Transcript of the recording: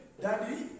Daddy